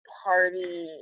party